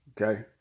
Okay